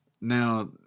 Now